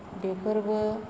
बेफोरबो